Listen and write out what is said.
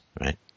right